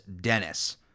Dennis